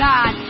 God